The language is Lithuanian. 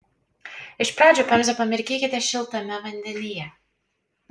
iš pradžių pemzą pamirkykite šiltame vandenyje